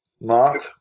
Mark